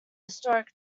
historic